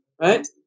right